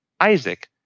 Isaac